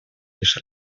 лишь